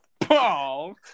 Paul